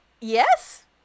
Yes